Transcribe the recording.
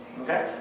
Okay